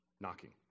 knocking